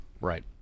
Right